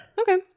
Okay